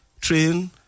train